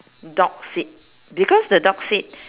dog's seat because the dog's seat